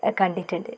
കണ്ടിട്ടുണ്ട്